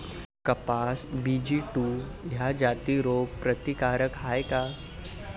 कपास BG two ह्या जाती रोग प्रतिकारक हाये का?